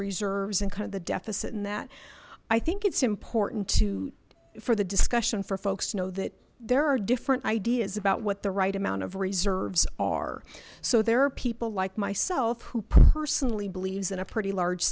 reserves and kind of the deficit in that i think it's important to for the discussion for folks to know that there are different ideas about what the right amount of reserves are so there are people like myself who personally believes in a pretty large